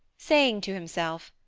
saying to himself,